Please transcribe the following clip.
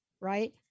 Right